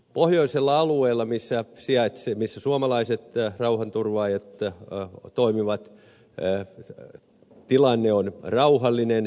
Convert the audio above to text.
pohjoisella alueella missä suomalaiset rauhanturvaajat toimivat tilanne on rauhallinen